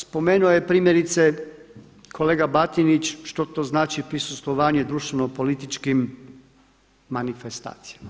Spomenuo je primjerice kolega Batinić što to znači prisustvovanje društveno-političkim manifestacijama.